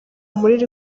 muri